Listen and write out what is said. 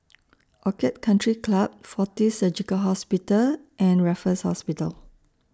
Orchid Country Club Fortis Surgical Hospital and Raffles Hospital